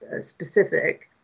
specific